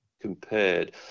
compared